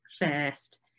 first